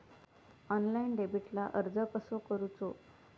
Online डेबिटला अर्ज कसो करूचो?